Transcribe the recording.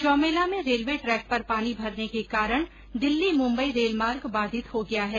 चौमेला में railway track पर पानी भरने के कारण दिल्ली मुंबई रेलमार्ग बाधित हो गया है